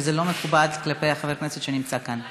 וזה לא מכובד כלפי חבר הכנסת שנמצא כאן.